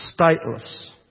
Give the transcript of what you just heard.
stateless